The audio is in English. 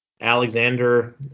Alexander